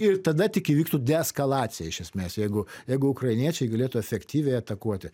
ir tada ir tik tada tik įvyktų deeskalacijos iš esmės jeigu jeigu ukrainiečiai galėtų efektyviai atakuoti